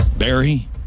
Barry